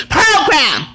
program